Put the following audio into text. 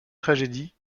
tragédie